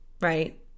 right